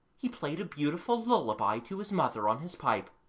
he played a beautiful lullaby to his mother on his pipe.